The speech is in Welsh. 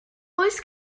oes